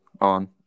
on